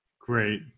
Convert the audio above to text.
Great